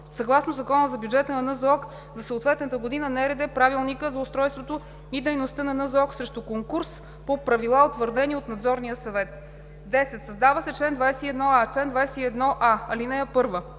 съгласно Закона за бюджета на НЗОК за съответната година, НРД, Правилника за устройството и дейността на НЗОК, срещу конкурс по правила, утвърдени от Надзорния съвет.“ 10. Създава се чл. 21а: „Чл. 21а.